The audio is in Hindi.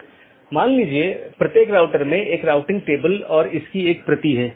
तो इसका मतलब यह है कि यह प्रतिक्रिया नहीं दे रहा है या कुछ अन्य त्रुटि स्थिति उत्पन्न हो रही है